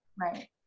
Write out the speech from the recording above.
Right